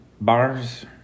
bars